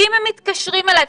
אם הם מתקשרים אליי,